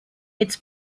its